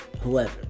whoever